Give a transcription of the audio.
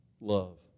love